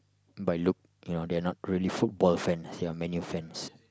by look you know they are not really football fans they are Man-U fans